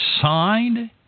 signed